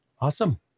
Awesome